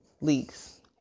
leaks